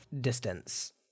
distance